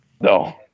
No